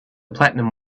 platinum